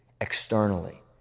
externally